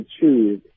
choose